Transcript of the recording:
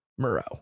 Murrow